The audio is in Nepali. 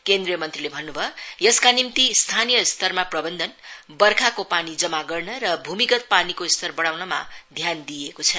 केन्द्रीय मंत्रीले भन्नुभयो यसका निम्ति स्थानीय स्तरमा प्रबन्धन वर्खाको पानी जमा गर्न र भूमिगत पानीको स्तर बढ़ाउनमा ध्यान दिइएको छ